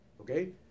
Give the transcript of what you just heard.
Okay